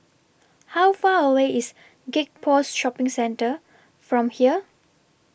How Far away IS Gek Poh Shopping Centre from here